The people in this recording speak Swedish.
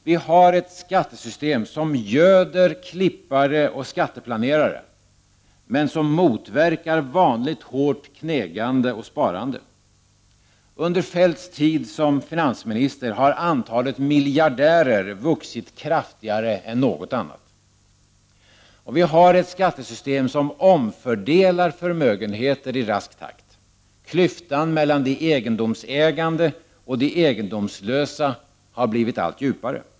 Vi har ett skattesystem som göder klippare och skatteplanerare, men som motverkar vanligt hårt knegande och sparande. Under Feldts tid som finansminister har antalet miljardärer vuxit kraftigare än något annat. Vi har ett skattesystem som omfördelar förmögenheter i rask takt. Klyftan mellan de egendomsägande och egendomslösa har blivit allt djupare.